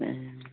हम्म